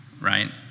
right